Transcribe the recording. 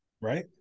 Right